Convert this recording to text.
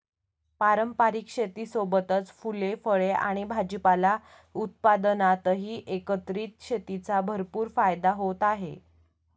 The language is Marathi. पारंपारिक शेतीसोबतच फुले, फळे आणि भाजीपाला उत्पादनातही एकत्रित शेतीचा भरपूर फायदा होत आहे